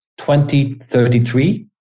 2033